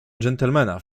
gentlemana